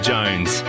Jones